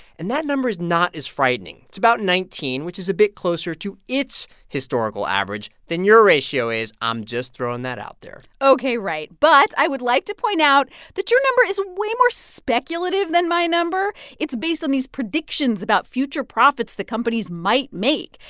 and that number is not as frightening. it's about nineteen, which is a bit closer to its historical average than your ratio is. i'm just throwing that out there ok. right. but i would like to point out that your number is way more speculative than my number. it's based on these predictions about future profits the companies might make.